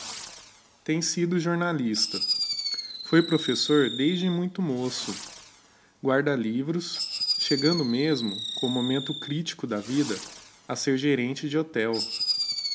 tem sido jornalista foi professor desde muito moço guarda-livros chegando mesmo com um momento critico da vida a ser gerente de hotel